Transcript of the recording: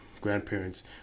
grandparents